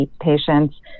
patients